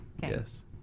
yes